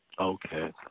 Okay